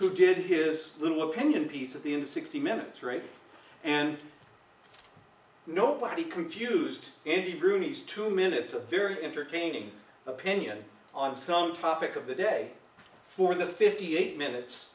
who did his little opinion piece of the in sixty minutes rate and nobody confused andy rooney's two minutes a very entertaining opinion on some topic of the day for the fifty eight minutes